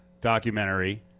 documentary